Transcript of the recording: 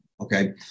okay